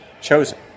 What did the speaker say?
chosen